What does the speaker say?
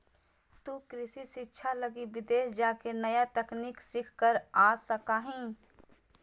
तु कृषि शिक्षा लगी विदेश जाके नया तकनीक सीख कर आ सका हीं